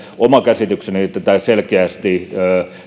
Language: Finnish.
oma käsitykseni on että tämä selkeästi